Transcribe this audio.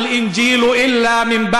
הן רק אחריו הורדו מהמרומים התורה והאֶוונגֶליון.)